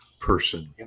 person